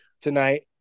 tonight